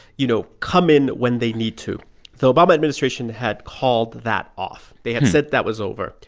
you know, come in when they need to the obama administration had called that off. they had said that was over.